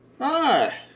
Hi